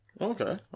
Okay